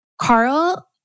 Carl